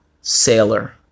sailor